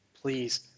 please